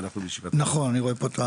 נכון אני רואה פה.